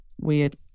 weird